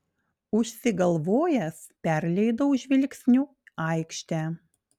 užsigalvojęs perleidau žvilgsniu aikštę